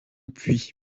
puits